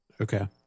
Okay